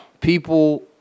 people